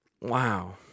Wow